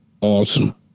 awesome